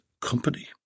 company